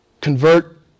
Convert